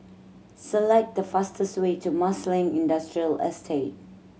select the fastest way to Marsiling Industrial Estate